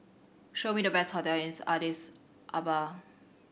show me the best hotels in Addis Ababa